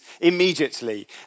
immediately